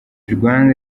rwanda